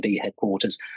headquarters